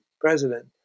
president